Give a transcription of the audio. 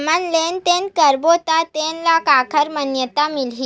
हमन लेन देन करबो त तेन ल काखर मान्यता मिलही?